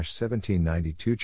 1792